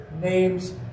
name's